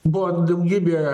buvo daugybė